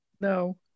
No